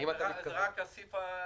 האם אתה מתכוון --- זה רק הסעיף הראשון.